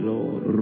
Lord